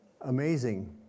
Amazing